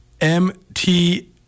MT